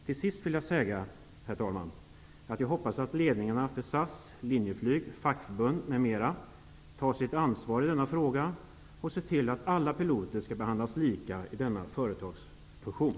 Till sist vill jag säga, herr talman, att jag hoppas att ledningarna för SAS, Linjeflyg, fackförbund m.fl. tar sitt ansvar i denna fråga och ser till att alla piloter behandlas lika i denna företagsfusion.